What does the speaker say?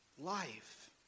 life